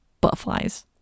butterflies